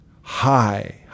high